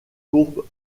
courbes